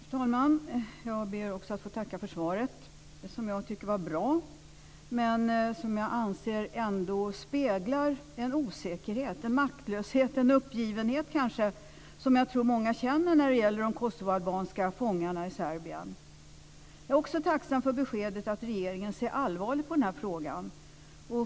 Fru talman! Jag ber också att få tacka för svaret, som jag tycker var bra men som jag anser ändå speglar en osäkerhet och kanske en maktlöshet och en uppgivenhet, som jag tror många känner när det gäller de kosovoalbanska fångarna i Serbien. Jag är också tacksam för beskedet att regeringen ser allvarligt på denna fråga.